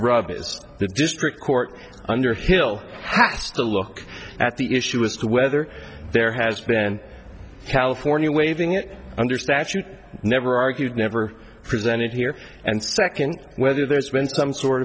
rub is the district court underhill have to look at the issue as to whether there has been california waiving it under statute never argued never presented here and second whether there's been some sort